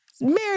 Mary